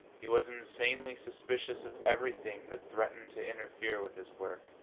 he was insanely suspicious of everything that threatened to interfere with his work.